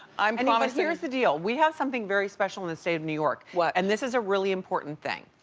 i mean um so here's the deal. we have something very special in the state of new york, and this is a really important thing.